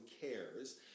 cares